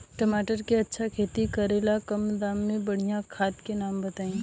टमाटर के अच्छा खेती करेला कम दाम मे बढ़िया खाद के नाम बताई?